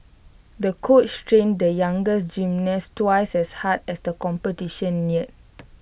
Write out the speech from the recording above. the coach trained the younger gymnast twice as hard as the competition neared